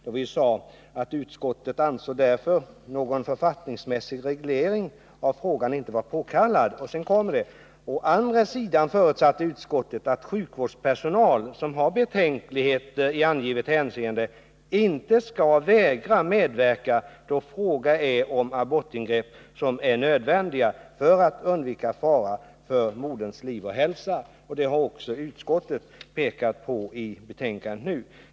Vi nämnde då att utskottet inte ansåg att någon författningsmässig reglering av frågan var påkallad. Men, skrev vi också, å andra sidan förutsatte utskottet att sjukvårdspersonal som har betänkligheter i angivet hänseende inte skall vägra medverka då fråga är om abortingrepp som är nödvändiga för att undvika fara för moderns liv och hälsa. Det har utskottet pekat på också i förevarande betänkande.